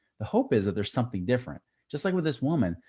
the hope is that there's something different just like with this woman,